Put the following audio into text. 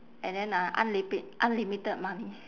and then uh unlimi~ unlimited money